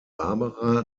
barbara